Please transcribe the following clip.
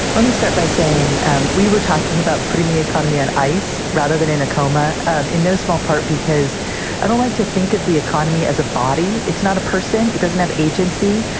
let me start by saying and we were talking about putting the economy on ice rather than in a coma um in no small part, because i don't like to think of the economy as a body. it's not a person. it doesn't have agency.